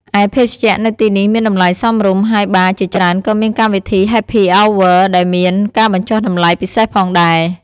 ឯភេសជ្ជៈនៅទីនេះមានតម្លៃសមរម្យ ហើយបារជាច្រើនក៏មានកម្មវិធី ហេភី អោវើន៍ (Happy Hour) ដែលមានការបញ្ចុះតម្លៃពិសេសផងដែរ។